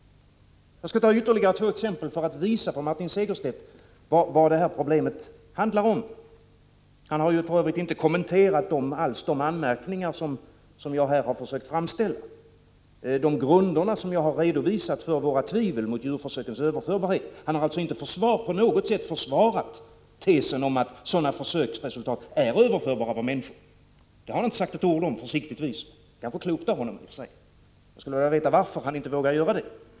Jag skall ta ytterligare två exempel för att visa för Martin Segerstedt vad problemet handlar om. Han har för övrigt inte alls kommenterat de anmärkningar som jag har försökt framställa, de grunder som jag har redovisat för våra tvivel mot djurförsökens överförbarhet. Han har alltså inte på något sätt försvarat tesen om att sådana försöksresultat är överförbara på människor. Det har han inte sagt ett ord om — försiktigtvis. Det kanske i och för sig är klokt av honom. Men jag skulle vilja veta varför han inte vågar göra det.